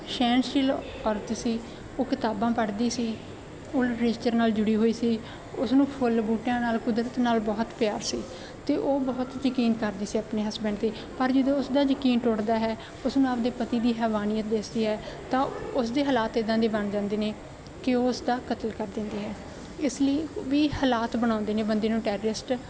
ਸ਼ਹਿਨਸ਼ੀਲ ਔਰਤ ਉਹ ਕਿਤਾਬਾਂ ਪੜ੍ਹਦੀ ਸੀ ਉਹ ਲਿਟਰੇਚਰ ਨਾਲ ਜੁੜੀ ਹੋਈ ਸੀ ਉਸਨੂੰ ਫੁੱਲ ਬੂਟਿਆਂ ਨਾਲ ਕੁਦਰਤ ਨਾਲ ਬਹੁਤ ਪਿਆਰ ਸੀ ਅਤੇ ਉਹ ਬਹੁਤ ਯਕੀਨ ਕਰਦੀ ਸੀ ਆਪਣੇ ਹਸਬੈਂਡ 'ਤੇ ਪਰ ਜਦੋਂ ਉਸਦਾ ਯਕੀਨ ਟੁੱਟਦਾ ਹੈ ਉਸਨੂੰ ਆਪਣੇ ਪਤੀ ਦੀ ਹੈਵਾਨੀਅਤ ਦਿਸਦੀ ਹੈ ਤਾਂ ਉਸਦੇ ਹਾਲਾਤ ਇੱਦਾਂ ਦੇ ਬਣ ਜਾਂਦੇ ਨੇ ਕਿ ਉਸਦਾ ਕਤਲ ਕਰ ਦਿੰਦੀ ਹੈ ਇਸ ਲਈ ਵੀ ਹਾਲਾਤ ਬਣਾਉਂਦੇ ਨੇ ਬੰਦੇ ਨੂੰ ਟੈਰਰਿਸਟ